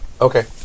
Okay